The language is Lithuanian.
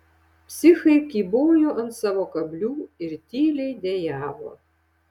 psichai kybojo ant savo kablių ir tyliai dejavo